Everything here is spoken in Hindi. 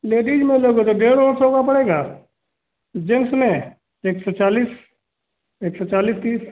लेडीज में लोगे तो डेढ़ ओढ़ सौ का पड़ेगा जेन्स में एक सौ चालीस एक सौ चालीस तीस